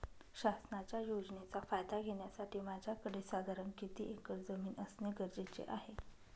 शासनाच्या योजनेचा फायदा घेण्यासाठी माझ्याकडे साधारण किती एकर जमीन असणे गरजेचे आहे?